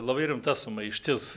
labai rimta sumaištis